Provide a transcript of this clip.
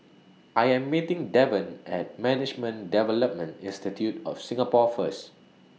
I Am meeting Devon At Management Development Institute of Singapore First